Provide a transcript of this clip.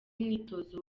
mwitozo